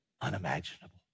unimaginable